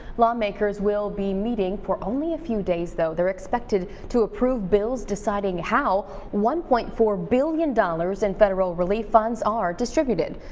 lawmakers will be meeting for only a few days. they're expected to approve bills deciding how one point four billion dollars in federal relief funds are distributed.